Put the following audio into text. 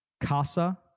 Casa